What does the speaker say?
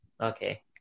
okay